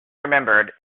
remembered